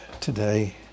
today